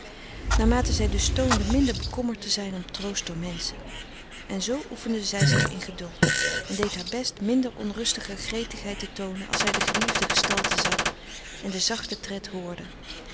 naarmate zij dus toonde minder bekommerd te zijn om troost door menschen en zoo oefende zij zich in geduld en deed haar best minder onrustige gretigheid frederik van eeden van de koele meren des doods te toonen als zij de geliefde gestalte zag en den zachten tred hoorde